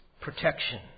protection